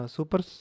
Super